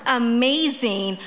amazing